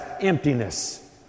emptiness